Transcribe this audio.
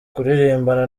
kuririmbana